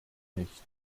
nicht